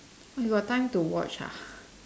!wah! you got time to watch ah